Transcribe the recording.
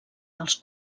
dels